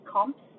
comps